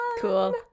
Cool